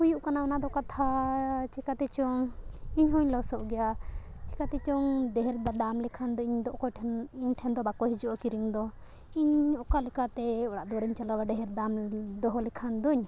ᱦᱩᱭᱩᱜ ᱠᱟᱱᱟ ᱚᱱᱟ ᱫᱚ ᱠᱟᱛᱷᱟ ᱪᱤᱠᱟᱹᱛᱮ ᱪᱚᱝ ᱤᱧ ᱦᱚᱧ ᱞᱚᱥᱚᱜ ᱜᱮᱭᱟ ᱪᱮᱠᱟᱛᱮ ᱪᱚᱝ ᱰᱷᱮᱹᱨ ᱫᱟᱢ ᱞᱮᱠᱷᱟᱱ ᱫᱚ ᱤᱧ ᱫᱚ ᱚᱠᱚᱭ ᱴᱷᱮᱱ ᱤᱧ ᱴᱷᱮᱱ ᱫᱚ ᱵᱟᱠᱚ ᱦᱤᱡᱩᱜᱼᱟ ᱠᱤᱨᱤᱧ ᱫᱚ ᱤᱧ ᱚᱠᱟ ᱞᱮᱠᱟᱛᱮ ᱚᱲᱟᱜ ᱫᱩᱣᱟᱹᱨᱤᱧ ᱪᱟᱞᱟᱣᱟ ᱰᱷᱮᱹᱨ ᱫᱟᱢ ᱫᱚᱦᱚ ᱞᱮᱠᱷᱟᱱ ᱫᱚᱧ